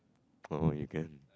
oh you can